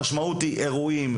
המשמעות היא אירועים,